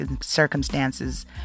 circumstances